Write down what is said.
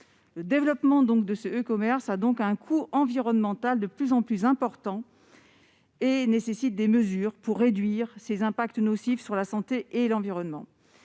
Le développement du e-commerce a donc un coût environnemental de plus en plus important, ce qui nécessite des mesures pour réduire ses impacts nocifs sur la santé et l'environnement.